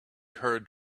heard